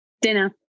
Dinner